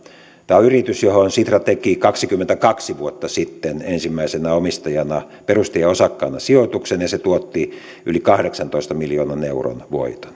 tämä on yritys johon sitra teki kaksikymmentäkaksi vuotta sitten ensimmäisenä omistajana perustajaosakkaana sijoituksen ja se tuotti yli kahdeksantoista miljoonan euron voiton